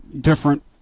Different